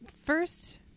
first